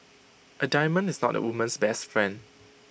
A diamond is not A woman's best friend